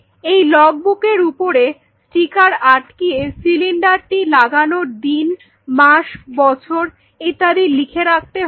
এই লগ্ বুকের ওপরে স্টিকার আটকিয়ে সিলিন্ডারটি লাগানোর দিন মাস বছর প্রভৃতি লিখে রাখতে হবে